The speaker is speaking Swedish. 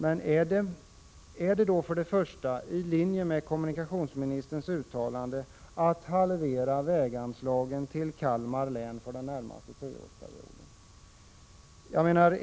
Men ligger det verkligen i linje med kommunikationsministerns uttalande att halvera väganslaget till Kalmar län för den närmaste tioårsperioden?